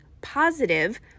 positive